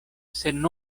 sen